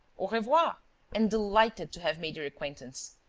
au revoir and delighted to have made your acquaintance.